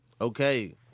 Okay